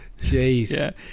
Jeez